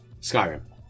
Skyrim